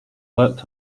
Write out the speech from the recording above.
worked